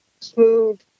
smooth